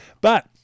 But-